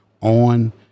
on